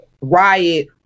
riot